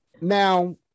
Now